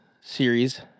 series